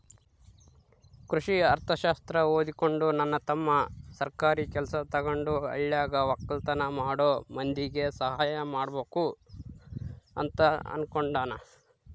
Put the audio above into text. ಕೃಷಿ ಅರ್ಥಶಾಸ್ತ್ರ ಓದಿಕೊಂಡು ನನ್ನ ತಮ್ಮ ಸರ್ಕಾರಿ ಕೆಲ್ಸ ತಗಂಡು ಹಳ್ಳಿಗ ವಕ್ಕಲತನ ಮಾಡೋ ಮಂದಿಗೆ ಸಹಾಯ ಮಾಡಬಕು ಅಂತ ಅನ್ನುಕೊಂಡನ